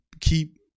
keep